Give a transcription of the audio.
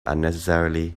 unnecessarily